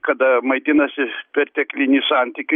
kada maitinasi perteklinį santykinį